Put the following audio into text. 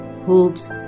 hopes